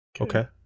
Okay